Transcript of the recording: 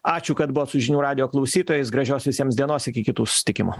ačiū kad buvot su žinių radijo klausytojais gražios visiems dienos iki kitų susitikimų